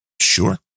Sure